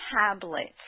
tablets